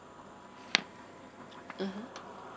mmhmm